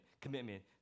commitment